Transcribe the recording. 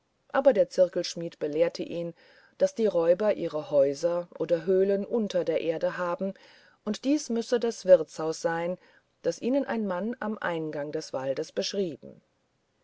aber der zirkelschmidt belehrte ihn daß die räuber ihre häuser oder höhlen unter der erde haben und dies müsse das wirtshaus sein das ihnen ein mann am eingang des waldes beschrieben